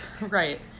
Right